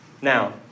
Now